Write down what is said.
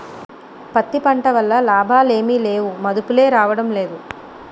పత్తి పంట వల్ల లాభాలేమి లేవుమదుపులే రాడంలేదు